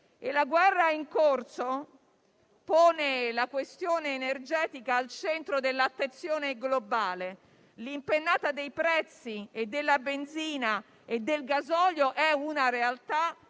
La guerra in corso pone la questione energetica al centro dell'attenzione globale. L'impennata dei prezzi della benzina e del gasolio è una realtà